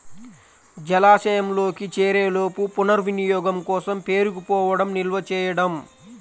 జలాశయంలోకి చేరేలోపు పునర్వినియోగం కోసం పేరుకుపోవడం నిల్వ చేయడం